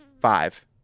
five